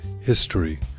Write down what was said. History